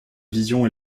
vision